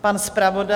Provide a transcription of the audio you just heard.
Pan zpravodaj?